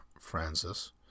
Francis